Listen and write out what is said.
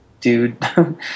dude